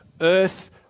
earth